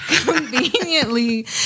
conveniently